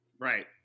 Right